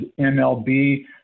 MLB